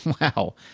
wow